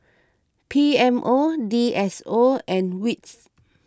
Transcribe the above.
P M O D S O and Wits